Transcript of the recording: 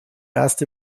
erst